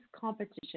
competition